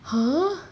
!huh!